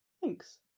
Thanks